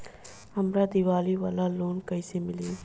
हमरा दीवाली वाला लोन कईसे मिली?